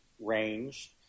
range